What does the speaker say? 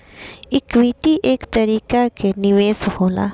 equity एक तरीका के निवेश होला